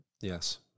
Yes